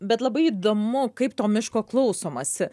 bet labai įdomu kaip to miško klausomasi